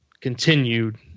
continued